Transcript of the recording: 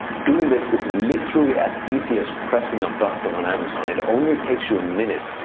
doing this is literally as easy as pressing a button on amazon. it only takes you a minute,